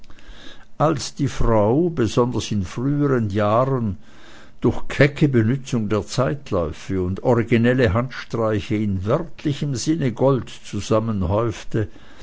als die frau besonders in frühern jahren durch kecke benutzung der zeitläufe und originelle handstreiche in wörtlichem sinne gold